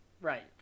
Right